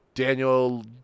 Daniel